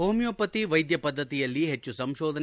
homeopathy ವೈದ್ಯ ಪದ್ಧತಿಯಲ್ಲಿ ಹೆಚ್ಚು ಸಂಶೋಧನೆ